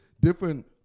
different